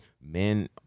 Men